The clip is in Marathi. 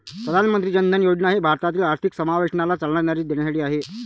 प्रधानमंत्री जन धन योजना ही भारतातील आर्थिक समावेशनाला चालना देण्यासाठी आहे